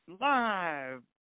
live